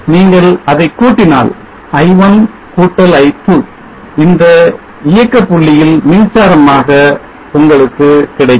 நீங்கள் அதை கூட்டினால் i1 i2 இந்த இயக்கப் புள்ளியில் மின்சாரமாக உங்களுக்கு கிடைக்கும்